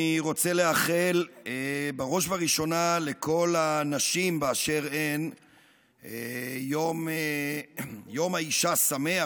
אני רוצה לאחל לכל הנשים באשר הן יום האישה שמח,